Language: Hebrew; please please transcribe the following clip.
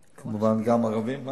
כמובן, גם ערביים.